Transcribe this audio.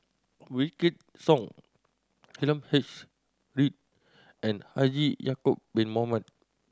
Wykidd Song H Read and Haji Ya'acob Bin Mohamed